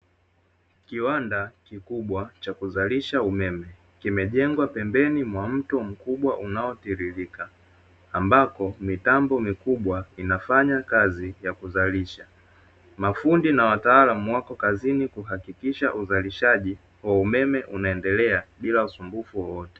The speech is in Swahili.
Kiwanda kikubwa cha kuzalisha umeme kimejengwa pembeni mwa mto mkubwa unaotiririka ambako, mitambo mikubwa inafanya kazi ya kuzalisha. Mafundi na wataalamu wako kazini kuhakikisha uzalishaji wa umeme unaendelea bila usumbufu wowote.